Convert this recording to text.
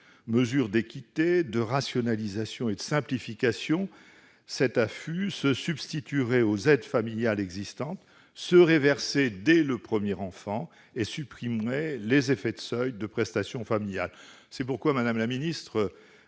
Mesure d'équité, de rationalisation et de simplification, cette AFU se substituerait aux aides familiales existantes, serait versée dès le premier enfant et supprimerait les effets de seuil des prestations familiales. Il me serait agréable, madame la ministre,